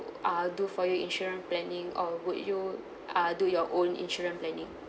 uh do for your insurance planning or would you uh do your own insurance planning